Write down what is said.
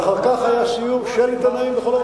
אדוני